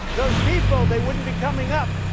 those people, they wouldn't be coming up.